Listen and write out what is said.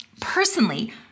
personally